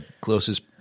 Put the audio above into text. closest